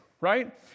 right